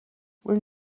will